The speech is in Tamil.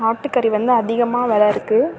ஆட்டுக்கறி வந்து அதிகமான வில இருக்குது